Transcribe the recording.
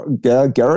Garrett